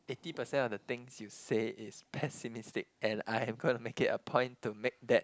eighty percent of the things you say is pessimistic and I am going to make it a point to make that